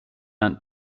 aunt